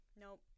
nope